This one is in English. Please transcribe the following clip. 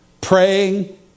Praying